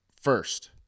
first